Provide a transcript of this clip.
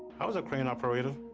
i was a crane operator.